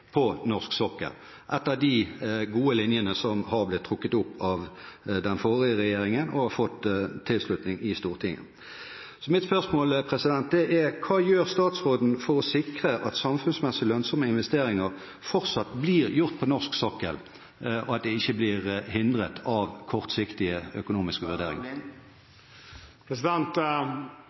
på norsk sokkel, etter de gode linjene som har blitt trukket opp av den forrige regjeringen, og som har fått tilslutning i Stortinget. Mitt spørsmål er: Hva gjør statsråden for å sikre at samfunnsmessig lønnsomme investeringer fortsatt blir gjort på norsk sokkel, og at dette ikke blir hindret av kortsiktige økonomiske